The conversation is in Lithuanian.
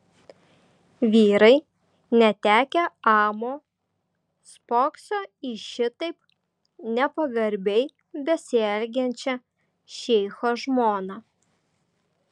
vyrai netekę amo spoksojo į šitaip nepagarbiai besielgiančią šeicho žmoną